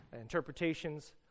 interpretations